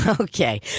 Okay